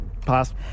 Pass